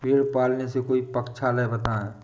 भेड़े पालने से कोई पक्षाला बताएं?